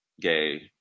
gay